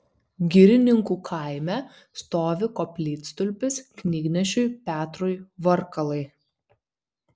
girininkų kaime stovi koplytstulpis knygnešiui petrui varkalai